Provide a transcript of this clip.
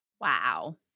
Wow